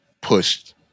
pushed